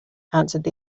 answered